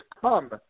come